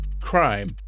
crime